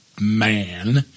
man